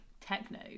techno